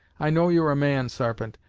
i know you're a man, sarpent,